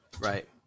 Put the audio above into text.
Right